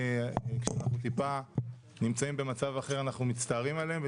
כשאנחנו נמצאים במצב אחר אנחנו מצטערים עליהם.